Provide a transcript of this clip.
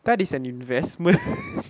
that is an investment